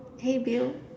hey Bill